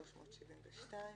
373(א).